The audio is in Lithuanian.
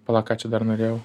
pala ką čia dar norėjau